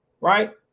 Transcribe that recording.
right